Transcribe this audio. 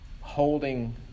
holding